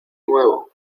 nuevo